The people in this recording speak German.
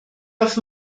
auf